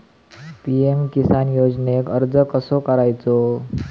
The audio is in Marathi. पी.एम किसान योजनेक अर्ज कसो करायचो?